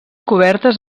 cobertes